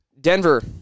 Denver